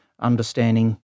understanding